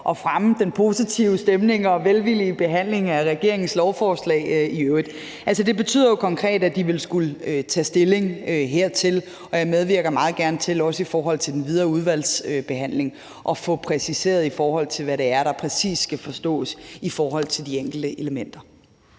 at fremme den positive stemning og velvillige behandling af regeringens lovforslag i øvrigt. Altså, det betyder jo konkret, at de vil skulle tage stilling hertil, og jeg medvirker meget gerne til, også i den videre udvalgsbehandling, at få præciseret, hvad det er, der præcis skal forstås ved de enkelte elementer.